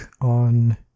on